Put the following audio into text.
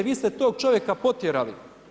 Vi ste tog čovjeka potjerali.